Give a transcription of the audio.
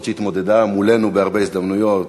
אומנם התמודדה מולנו בהרבה הזדמנויות.